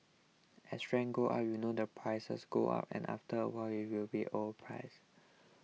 as rents go up you know the prices go up and after a while we'll be overpriced